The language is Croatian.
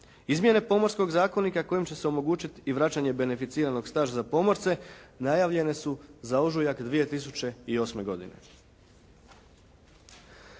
Izmjene Pomorskog zakonika kojim će se omogućiti i vraćanje beneficiranog staža za pomorce najavljene su za ožujak 2008. godine.